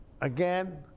again